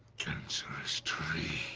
cancerous tree?